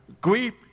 Grief